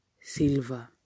silver